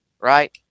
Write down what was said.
right